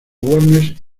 warnes